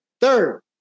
Third